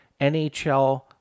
NHL